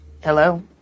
Hello